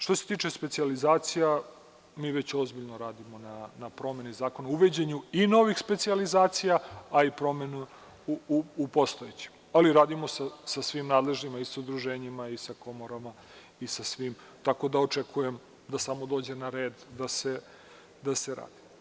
Što se tiče specijalizacija, mi već ozbiljno radimo na promeni zakona uvođenjem i novih specijalizacija, a i promenom postojećih, ali radimo sa svim nadležnima, sa udruženjima, sa komorama i sa svima, tako da očekujem da samo dođe na red da se radi.